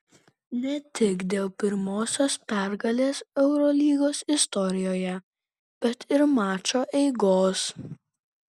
ne tik dėl pirmosios pergalės eurolygos istorijoje bet ir mačo eigos